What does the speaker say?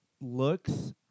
looks